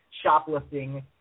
shoplifting